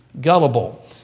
Gullible